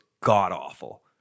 god-awful